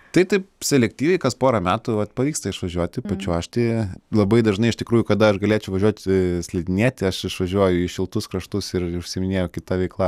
tai taip selektyviai kas porą metų vat pavyksta išvažiuoti pačiuožti labai dažnai iš tikrųjų kada aš galėčiau važiuoti slidinėti aš išvažiuoju į šiltus kraštus ir užsiiminėju kita veikla